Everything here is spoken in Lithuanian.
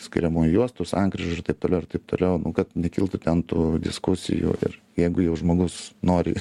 skiriamųjų juostų sankryžų ir taip toliau ir taip toliau nu kad nekiltų ten tų diskusijų ir jeigu jau žmogus nori